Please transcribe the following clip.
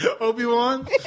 Obi-Wan